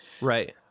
Right